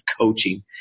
coaching